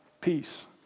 peace